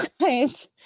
guys